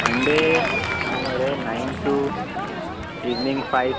Monday आमी मरे nine to evening five